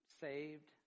saved